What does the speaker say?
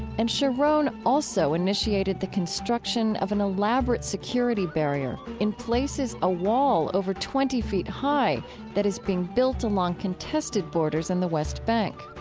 and sharon also initiated the construction of an elaborate security barrier in places, a wall over twenty feet high that is being built along contested borders on and the west bank.